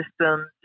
systems